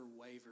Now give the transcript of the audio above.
waver